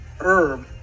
Herb